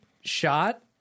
shot